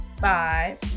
five